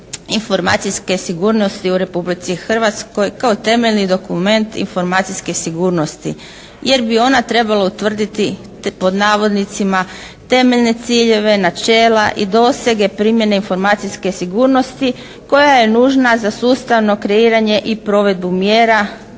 informacijske sigurnosti u Republici Hrvatskoj kao temeljni dokument informacijske sigurnosti, jer bi ona trebala utvrditi "temeljne ciljeve, načela i dosege primjene informacijske sigurnosti koja je nužna za sustavno kreiranje i provedbu mjera